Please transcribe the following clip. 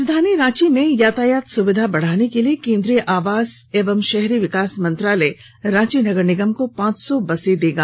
राजधानी रांची में यातायात सुविधा बढ़ाने के लिए केंद्रीय आवास एवं शहरी विकास मंत्रालय रांची नगर निगम को पांच सौ बसें देगा